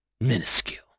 minuscule